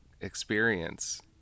experience